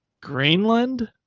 Greenland